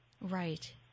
Right